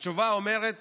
התשובה אומרת